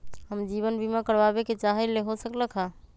हम जीवन बीमा कारवाबे के चाहईले, हो सकलक ह?